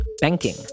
banking